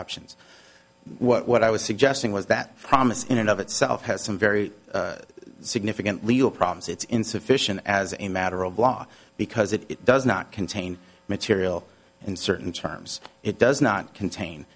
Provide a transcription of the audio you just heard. options what i was suggesting was that promise in and of itself has some very significant legal problems it's insufficient as a matter of law because it does not contain material uncertain terms it does not contain